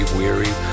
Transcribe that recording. weary